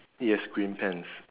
yes green pants